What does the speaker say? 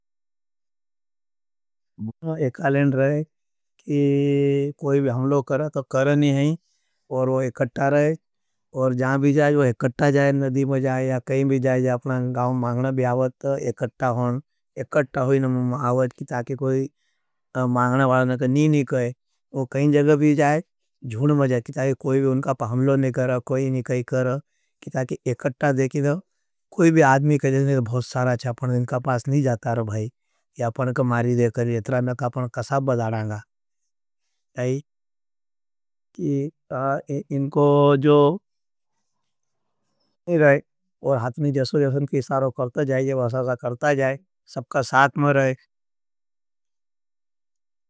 मुझे एकालेंड रहे, कोई भी हमलो करा, तो कर नहीं है, और वो एकटा रहे। और जहां भी जाये, वो एकटा जाये, नदी में जाये, या कहीं भी जाये, जाए अपना गाओं माँगना भी आवत, तो एकटा होन। एकटा होई ना माँगना आवत, कि ताके कोई माँगना वा जाये, या अपने को मारी दे करें, इतरा में का अपना कसाब बदारांगा। जाये, कि इनको जो नहीं रहे, और हात्मी जस्वर्यासन की सारो करता जाए, ये वह सासा करता जाए, सबका साथ मरे। वो कई भी सिकार करने जानो रहने हैं। तो वो का हाथ से, मुझे से हड़ीने चबई लें। और कई भी जायें, तो भेड़े भी जुन का जुन साथ मराई। कि ताकि कोई भी एकड़म उनका पा हमलो नहीं कर। उनका मुझा लगबाग, बह्याले दात रहा है।